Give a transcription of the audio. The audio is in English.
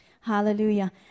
Hallelujah